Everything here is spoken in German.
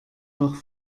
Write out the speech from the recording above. nach